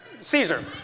Caesar